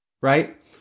right